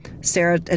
Sarah